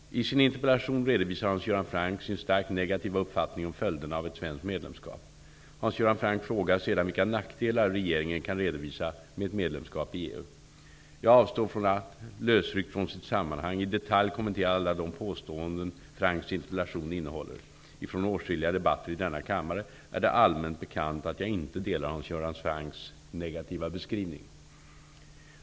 I sin interpellation redovisar Hans Göran Franck sin starkt negativa uppfattning om följderna av ett svenskt medlemskap. Hans Göran Franck frågar sedan vilka nackdelar regeringen kan redovisa med ett medlemskap i EU. Jag avstår från att, lösryckt från sitt sammanhang, i detalj kommentera alla de påståenden Francks interpellation innehåller. Ifrån åtskilliga debatter i denna kammare är det allmänt bekant att jag inte delar Hans Göran Francks negativa beskrivning.